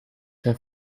zijn